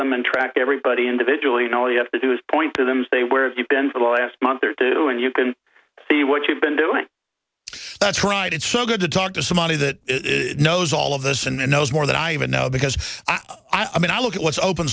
them and track everybody individually and all you have to do is point to them say where you've been for the last month or two and you can see what you've been doing that's right it's so good to talk to somebody that knows all of this and knows more than i even know because i mean i look at what's open